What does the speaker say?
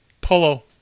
Polo